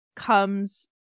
comes